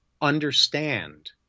understand